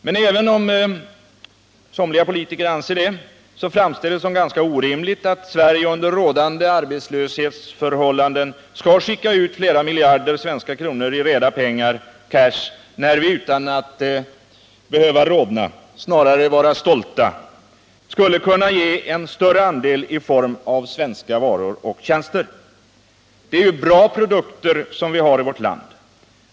Men även om somliga politiker anser det, framstår det som ganska orimligt att Sverige under rådande arbetslöshetsförhållanden skall skicka ut flera miljarder svenska kronor i reda pengar, cash, när vi utan att behöva rodna —snarare borde vi vara stolta —-skulle kunna ge en större andel i form av svenska varor och tjänster. Det är ju bra produkter som vi har i vårt land.